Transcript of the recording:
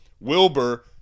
Wilbur